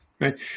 right